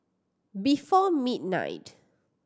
before midnight